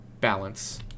balance